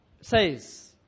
says